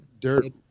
dirt